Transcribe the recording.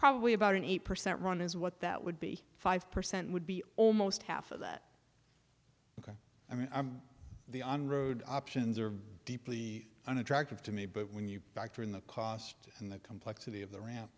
probably about an eight percent run is what that would be five percent would be almost half of that i mean the on road options are deeply unattractive to me but when you factor in the cost and the complexity of the ra